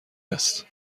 است